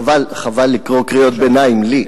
חבל לקרוא קריאות ביניים, לי.